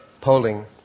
polling